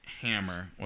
hammer